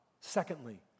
Secondly